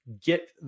get